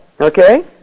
Okay